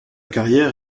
carrière